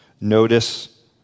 notice